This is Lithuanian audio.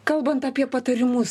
kalbant apie patarimus